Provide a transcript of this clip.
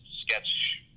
sketch